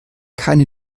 keine